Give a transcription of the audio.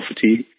fatigue